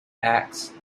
acts